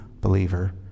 believer